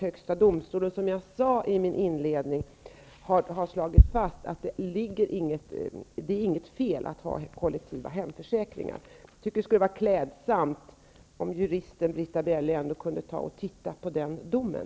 Högsta domstolen har slagit fast att det inte är något fel att ha kollektiva hemförsäkringar, precis som jag sade i min inledning. Det skulle vara klädsamt om juristen Britta Bjelle kunde titta på den domen.